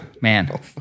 man